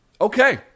okay